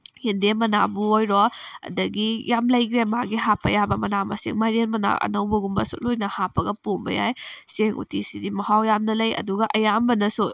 ꯌꯦꯝꯗꯦꯝ ꯃꯅꯥꯕꯨ ꯑꯣꯏꯔꯣ ꯑꯗꯒꯤ ꯌꯥꯝ ꯂꯩꯈ꯭ꯔꯦ ꯃꯥꯒꯤ ꯍꯥꯞꯄ ꯌꯥꯕ ꯃꯅꯥ ꯃꯁꯤꯡ ꯃꯥꯏꯔꯦꯟ ꯃꯅꯥ ꯑꯅꯧꯕꯒꯨꯝꯕꯁꯨ ꯍꯥꯞꯄꯒ ꯄꯣꯝꯕ ꯌꯥꯏ ꯆꯦꯡ ꯎꯇꯤꯁꯤꯗꯤ ꯃꯍꯥꯎ ꯌꯥꯝꯅ ꯂꯩ ꯑꯗꯨꯒ ꯑꯌꯥꯝꯕꯅꯁꯨ